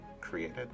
created